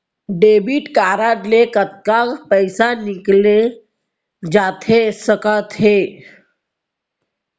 Debit card ले कतका पइसा निकाले जाथे सकत हे?